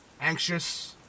anxious